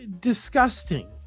disgusting